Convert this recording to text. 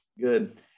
Good